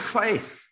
faith